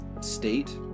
state